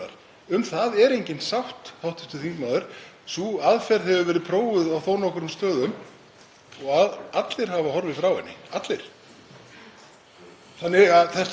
Þannig að þetta er ekki alveg auðvelt. Það sem ég hef verið að leggja til er að það sé einfaldlega viðbótartekjuskattsþrep til þess að fá meiri